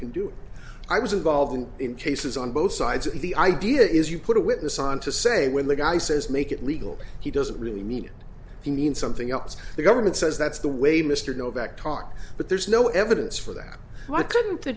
can do it i was involved in cases on both sides and the idea is you put a witness on to say when the guy says make it legal he doesn't really mean it can mean something else the government says that's the way mr novak talk but there's no evidence for that but couldn't the